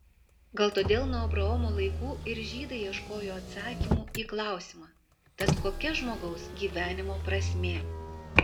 gal todėl nuo abraomo laikų ir žydai ieškojo atsakymų į klausimą tad kokia žmogaus gyvenimo prasmė